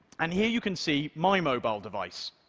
and here you can see my mobile device.